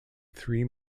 three